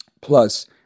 plus